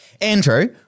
Andrew